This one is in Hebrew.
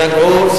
תירגעו,